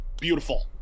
Beautiful